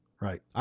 Right